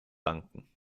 danken